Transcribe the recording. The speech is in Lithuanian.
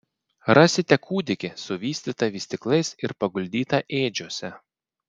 rasite kūdikį suvystytą vystyklais ir paguldytą ėdžiose